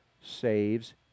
saves